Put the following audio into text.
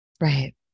right